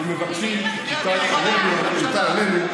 עם מי תרכיב ממשלה?